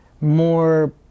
more